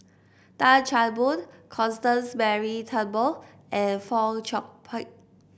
Tan Chan Boon Constance Mary Turnbull and Fong Chong Pik